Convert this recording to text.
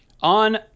On